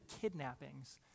kidnappings